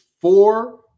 four –